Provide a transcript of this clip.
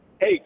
hey